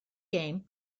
game